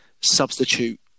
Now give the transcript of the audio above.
substitute